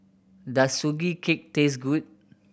does Sugee Cake taste good